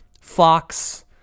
Fox